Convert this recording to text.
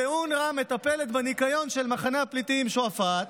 אונר"א מטפלת בניקיון של מחנה הפליטים שועפאט,